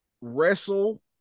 wrestle